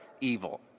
evil